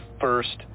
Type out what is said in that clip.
first